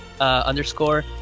underscore